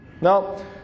Now